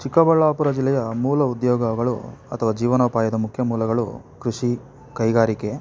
ಚಿಕ್ಕಬಳ್ಳಾಪುರ ಜಿಲ್ಲೆಯ ಮೂಲ ಉದ್ಯೋಗಗಳು ಅಥವಾ ಜೀವನೋಪಾಯದ ಮುಖ್ಯ ಮೂಲಗಳು ಕೃಷಿ ಕೈಗಾರಿಕೆ